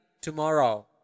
tomorrow